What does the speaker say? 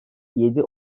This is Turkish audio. yedi